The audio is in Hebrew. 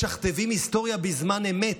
משכתבים היסטוריה בזמן אמת.